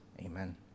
Amen